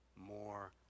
more